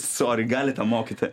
sori galite mokyti